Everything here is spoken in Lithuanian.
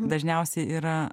dažniausiai yra